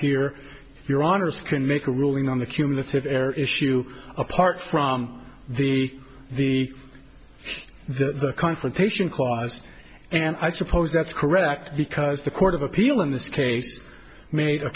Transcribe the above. here your honour's can make a ruling on the cumulative error issue apart from the the the confrontation clause and i suppose that's correct because the court of appeal in this case made a